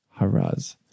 Haraz